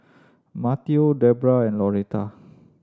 Mateo Deborah and Loretta